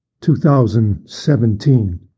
2017